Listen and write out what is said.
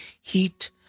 heat